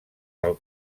del